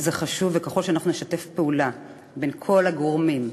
זה חשוב, וככל שאנחנו נשתף פעולה, כל הגורמים,